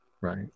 right